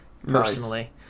Personally